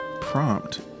prompt